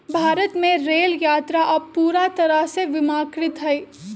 भारत में रेल यात्रा अब पूरा तरह से बीमाकृत हई